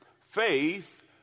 Faith